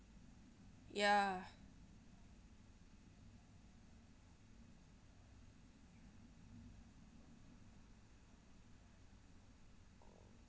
ya